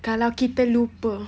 kalau kita lupa